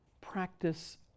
practice